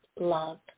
love